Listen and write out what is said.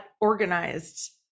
organized